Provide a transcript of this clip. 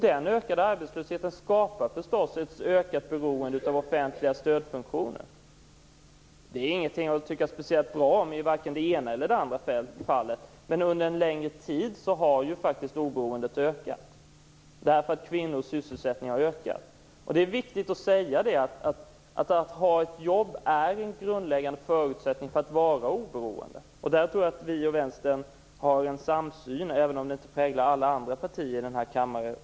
Den ökade arbetslösheten skapar förstås ett ökat behov av offentliga stödfunktioner. Det är ingenting att tycka speciellt bra om i vare sig det ena eller det andra fallet, men under en längre tid har oberoendet faktiskt ökat därför att kvinnors sysselsättning har ökat. Det är viktigt att säga att ett jobb är en grundläggande förutsättning för att vara oberoende. Där tror jag att vi och vänstern har en samsyn, men det präglar uppenbarligen inte alla andra partier i denna kammare.